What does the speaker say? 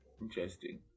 Interesting